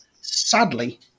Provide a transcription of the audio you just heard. Sadly